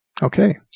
Okay